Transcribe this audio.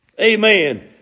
Amen